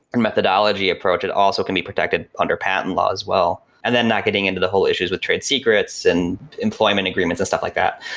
and methodology approach, it also can be protected under patent law as well. and then not getting into the whole issues with trade secrets and employment agreements and stuff like that.